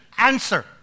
Answer